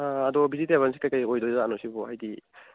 ꯑꯗꯣ ꯕꯤꯖꯤꯇꯦꯕꯜꯁꯦ ꯀꯔꯤ ꯀꯔꯤ ꯑꯣꯏꯗꯣꯏꯖꯥꯠꯅꯣ ꯁꯤꯕꯣ ꯍꯥꯏꯗꯤ